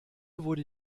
wurde